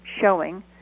showing